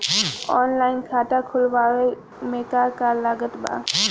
Online खाता खुलवावे मे का का लागत बा?